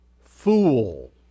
fool